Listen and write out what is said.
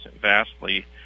vastly